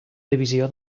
divisió